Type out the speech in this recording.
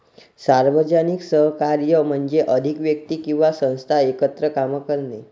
सार्वजनिक सहकार्य म्हणजे अधिक व्यक्ती किंवा संस्था एकत्र काम करणे